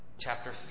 Chapter